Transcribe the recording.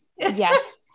Yes